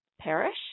perish